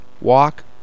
walk